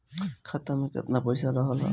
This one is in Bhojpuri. खाता में केतना पइसा रहल ह?